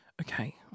Okay